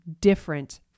different